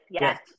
yes